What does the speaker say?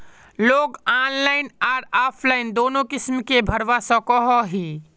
Loan online आर offline दोनों किसम के भरवा सकोहो ही?